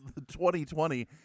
2020